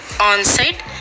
on-site